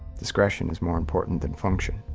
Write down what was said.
discretion is more important than function.